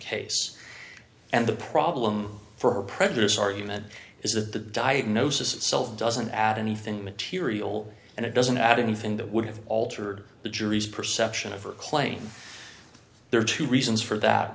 case and the problem for her prejudice argument is that the diagnosis itself doesn't add anything material and it doesn't add anything that would have altered the jury's perception of her claim there are two reasons for that